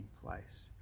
place